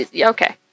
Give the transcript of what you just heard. Okay